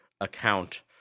account